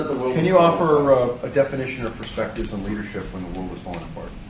can you offer a definition or perspective on leadership when the world is falling apart?